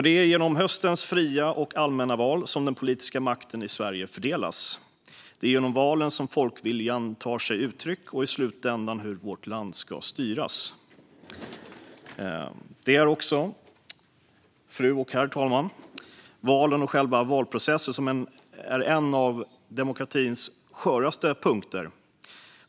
Det är genom höstens fria och allmänna val som den politiska makten i Sverige fördelas. Det är genom valen som folkviljan tar sig uttryck och som det i slutändan avgörs hur vårt land ska styras. Valen och själva valprocessen är också en av demokratins sköraste punkter.